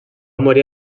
morir